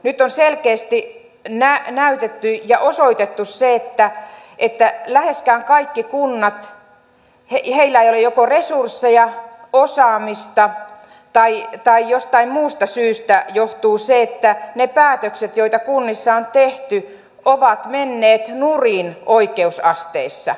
nyt on selkeästi näytetty ja osoitettu se että läheskään kaikilla kunnilla ei ole joko resursseja osaamista tai että jostain muusta syystä johtuen ne päätökset joita kunnissa on tehty ovat menneet nurin oikeusasteissa